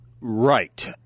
right